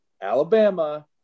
Alabama